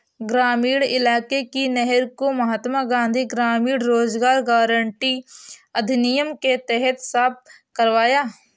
ग्रामीण इलाके की नहर को महात्मा गांधी ग्रामीण रोजगार गारंटी अधिनियम के तहत साफ करवाया